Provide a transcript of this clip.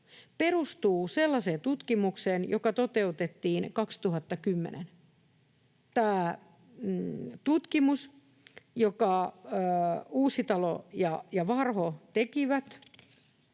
perustuu sellaiseen tutkimukseen, joka toteutettiin 2010. Tämä tutkimus, jonka Uusitalo ja Verho tekivät,